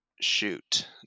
shoot